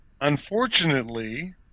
Unfortunately